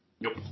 Nope